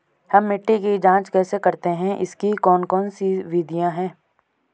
हम मिट्टी की जांच कैसे करते हैं इसकी कौन कौन सी विधियाँ है?